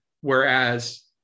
whereas